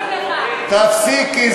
תפסיקי.